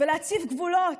להציב גבולות.